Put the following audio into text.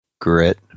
grit